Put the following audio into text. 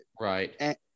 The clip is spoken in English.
Right